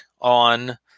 on